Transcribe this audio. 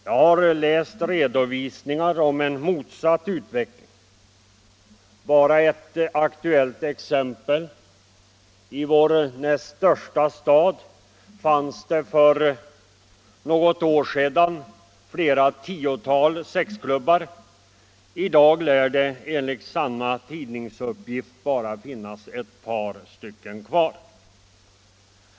Jag har läst redovisningar som visar en motsatt utveckling. Bara ett aktuellt exempel: I vår näst största stad fanns det enligt tids uppgift för något år sedan flera tiotal sexklubbar. I dag lär det bara finnas ett par stycken kvar.